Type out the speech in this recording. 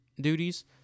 duties